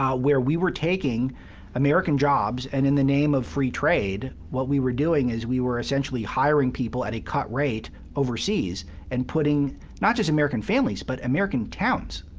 um where we were taking american jobs, and in the name of free trade what we were doing is we were essentially hiring people at a cut rate overseas and putting not just american families but american towns,